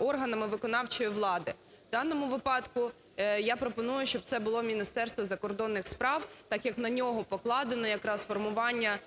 органами виконавчої влади. В даному випадку я пропоную, щоб це було Міністерство закордонних справ, так як на нього покладено якраз формування